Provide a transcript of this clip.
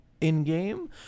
in-game